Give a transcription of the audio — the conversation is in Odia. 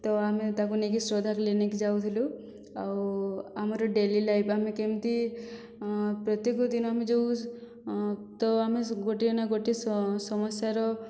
ତ ଆମେ ତାକୁ ନେଇକି ଶ୍ରଦ୍ଧା କ୍ଲିନିକ୍ ଯାଉଥିଲୁ ଆଉ ଆମର ଡେଲି ଲାଇଫ ଆମେ କେମିତି ପ୍ରତ୍ୟେକ ଦିନ ଆମେ ଯେଉଁ ତ ଆମେ ଗୋଟିଏ ନା ଗୋଟିଏ ସସମସ୍ୟାର